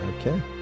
Okay